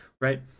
right